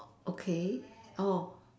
okay oh